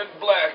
black